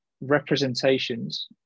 representations